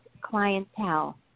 clientele